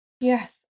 Yes